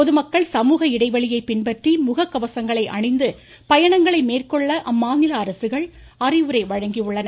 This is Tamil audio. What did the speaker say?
பொதுமக்கள் சமூக இடைவெளியை பின்பற்றி முகக்கவசங்களை அணிந்து பயணங்களை மேற்கொள்ள அம்மாநில அரசுகள் அறிவுரை வழங்கியுள்ளன